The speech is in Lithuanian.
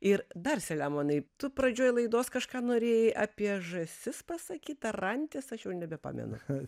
ir dar selemonai tu pradžioj laidos kažką norėjai apie žąsis pasakyt ar antis aš jau nebepamenu